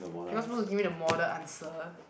because who to give me the model answer